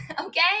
okay